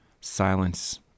silence